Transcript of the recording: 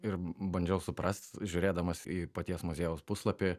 ir bandžiau suprast žiūrėdamas į paties muziejaus puslapį